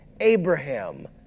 Abraham